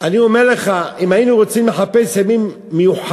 אני אומר לך, אם היינו רוצים לחפש ימים מיוחדים,